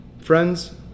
Friends